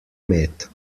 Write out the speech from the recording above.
med